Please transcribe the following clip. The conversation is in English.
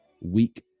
week